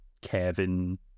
Kevin